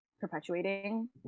perpetuating